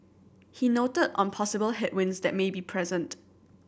he noted on possible headwinds that may be present